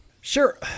Sure